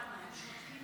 סליחה.